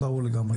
ברור לגמרי.